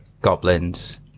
goblins